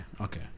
okay